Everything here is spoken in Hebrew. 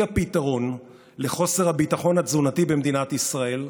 היא הפתרון לחוסר הביטחון התזונתי במדינת ישראל,